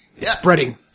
Spreading